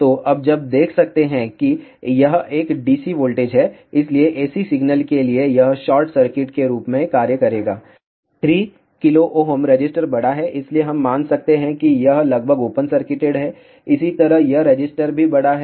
तो अब जब देख सकते हैं कि यह एक DC वोल्टेज है इसलिए AC सिग्नल के लिए यह शॉर्ट सर्किट के रूप में कार्य करेगा 3 kΩ रेसिस्टर बड़ा है इसलिए हम मान सकते हैं कि यह लगभग ओपन सर्किटेड है इसी तरह यह रेसिस्टर भी बड़ा है